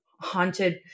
haunted